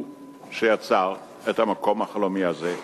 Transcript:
הוא שיצר את המקום החלומי הזה.